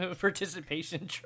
participation